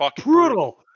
Brutal